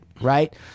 Right